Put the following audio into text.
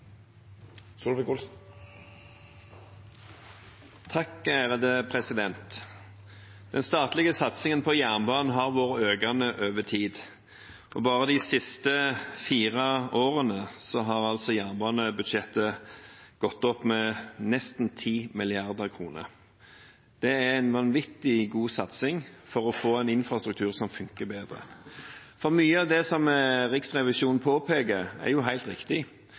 Den statlige satsingen på jernbanen har vært økende over tid, og bare de siste fire årene har altså jernbanebudsjettet gått opp med nesten 10 mrd. kr. Det er en vanvittig god satsing for å få en infrastruktur som funker bedre. Mye av det Riksrevisjonen påpeker, er jo helt riktig.